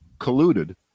colluded